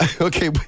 Okay